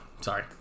Sorry